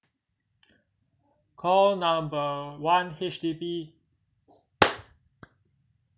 call number one H_D_B